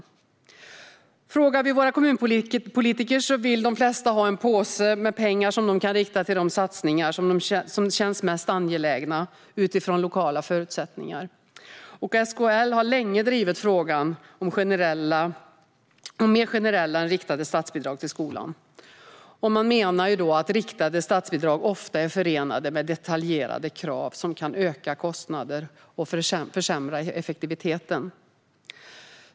Om vi frågar våra kommunpolitiker vill de flesta ha en påse med pengar som de kan rikta mot de satsningar som känns mest angelägna utifrån lokala förutsättningar. SKL har länge drivit frågan om mer generella än riktade statsbidrag till skolan. Man menar att riktade statsbidrag ofta är förenade med detaljerade krav som kan öka kostnader och försämra effektiviteten.